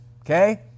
Okay